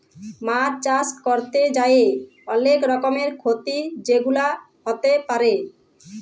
মাছ চাষ ক্যরতে যাঁয়ে অলেক রকমের খ্যতি যেগুলা হ্যতে পারে